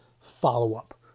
follow-up